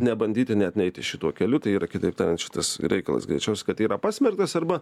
nebandyti net neiti šituo keliu tai yra kitaip tariant šitas reikalas greičiaus kad yra pasmerktas arba